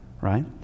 right